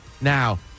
Now